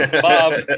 Bob